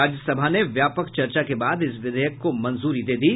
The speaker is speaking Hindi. राज्यसभा ने व्यापक चर्चा के बाद इस विधेयक को मंजूरी दे दी